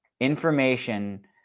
information